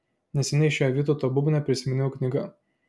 neseniai išėjo vytauto bubnio prisiminimų knyga